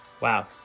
wow